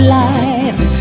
life